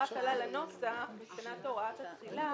קלה לנוסח הוראת התחילה.